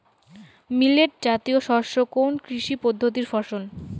Millet জাতীয় শস্য কোন কৃষি পদ্ধতির ফসল?